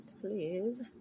please